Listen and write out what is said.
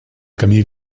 camí